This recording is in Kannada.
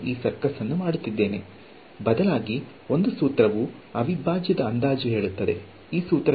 ಮತ್ತು ನಾನು ಪ್ರತಿ ತ್ರಾಪಿಜ್ಯದಂಥ ಮೂಲಕ ಅಂದಾಜು ಮಾಡುತ್ತೇನೆ